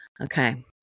Okay